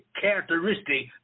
characteristic